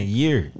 year